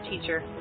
teacher